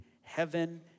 heaven